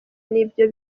n’ibyo